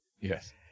Yes